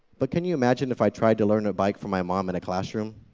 but can you imagine if i tried to learn to bike from my mom in a classroom,